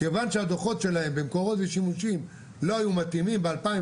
כיוון שהדוחות שלהם במקורות ושימושים לא היו מתאימים ב-2019